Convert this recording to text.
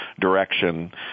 direction